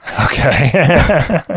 Okay